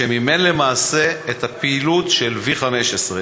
שמימן למעשה את הפעילות של V15,